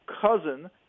cousin